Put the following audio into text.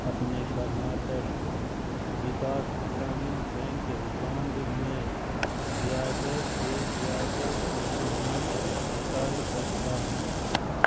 اپنے Karnataka Vikas Grameen bank account میں زیادہ سے زیادہ کتنا نکال سکتا ہوں